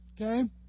Okay